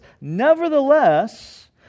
Nevertheless